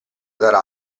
darà